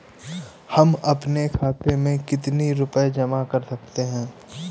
हम अपने खाते में कितनी रूपए जमा कर सकते हैं?